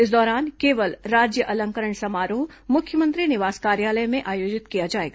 इस दौरान केवल राज्य अलंकरण समारोह मुख्यमंत्री निवास कार्यालय में आयोजित किया जाएगा